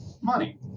money